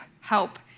Help